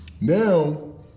Now